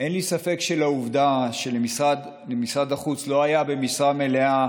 אין לי ספק שהעובדה שלמשרד החוץ לא היה שר במשרה מלאה